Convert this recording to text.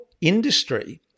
industry